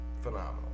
phenomenal